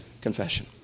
confession